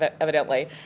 evidently